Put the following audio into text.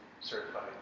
certified